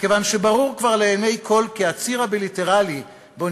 מכיוון שברור כבר לעיני כול כי הציר הבילטרלי שבו